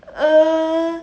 err